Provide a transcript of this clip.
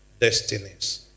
destinies